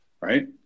right